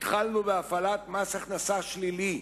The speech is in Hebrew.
התחלנו בהפעלת מס הכנסה שלילי,